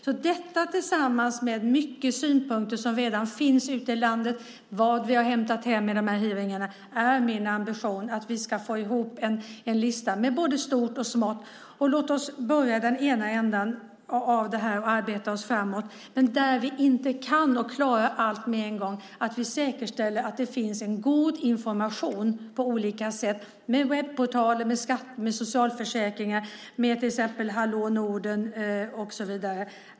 Av detta tillsammans med mycket synpunkter som redan finns ute i landet, och vad vi har hämtat in i de här hearingarna, är det min ambition att vi ska få ihop en lista med både stort och smått. Låt oss börja i ena ändan av det här och arbeta oss framåt. Men låt oss, där vi inte kan och klarar allting, säkerställa att det finns en god information på olika sätt med webbportaler, socialförsäkringar, Hallå Norden och så vidare.